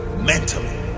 mentally